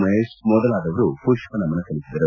ಮಹೇಶ್ ಮೊದಲಾದವರು ಪುಷ್ಷನಮನ ಸಲ್ಲಿಸಿದರು